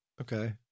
Okay